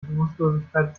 bewusstlosigkeit